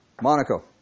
Monaco